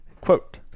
Quote